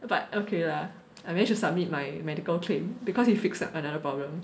but okay lah I managed to submit my medical claim because he fixed like another problem